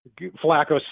Flacco